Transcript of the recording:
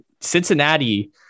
cincinnati